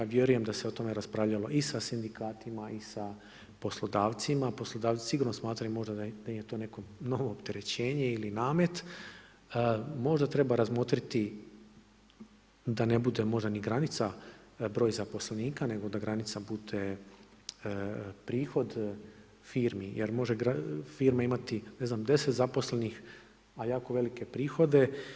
Vjerujem da se o tome raspravljalo i s sa sindikatima i sa poslodavcima, poslodavci sigurno smatraju možda da im je to neko novo opterećenje ili namet, možda treba razmotriti da ne bude možda ni granica broj zaposlenika, nego da granica bude prihod firme jer može firma imati ne znam 10 zaposlenih a jako velike prihode.